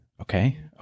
okay